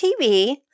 TV